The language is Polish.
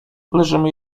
leżymy